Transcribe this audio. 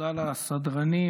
תודה לסדרנים,